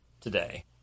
today